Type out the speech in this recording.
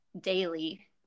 daily